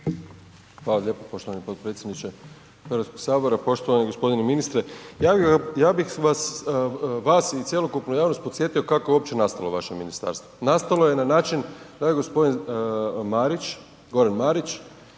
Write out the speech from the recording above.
Hvala lijepo poštovani potpredsjedniče HS. Poštovani g. ministre, ja bih vas, vas i cjelokupnu javnost podsjetio kako je uopće nastalo vaše ministarstvo. Nastalo je na način da je g. Marić, Goran Marić